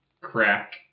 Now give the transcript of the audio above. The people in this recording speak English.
crack